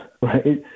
right